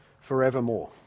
forevermore